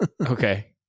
Okay